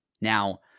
Now